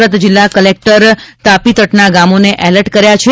સુરત જિલ્લાના કલેક્ટર તાપી તટના ગામોને એલર્ટ કર્યા છે